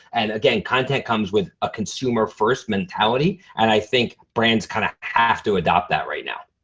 and again, content comes with a consumer-first mentality and i think brands kind of have to adopt that right now.